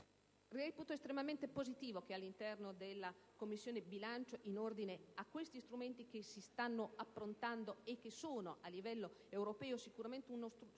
Reputo estremamente positiva, all'interno della Commissione bilancio, in ordine a questi strumenti che si stanno approntando a livello europeo (e che sicuramente creeranno